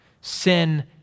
Sin